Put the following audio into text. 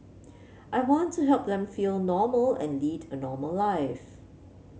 I want to help them feel normal and lead a normal life